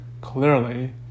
clearly